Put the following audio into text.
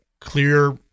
clear